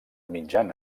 mitjana